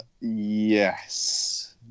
Yes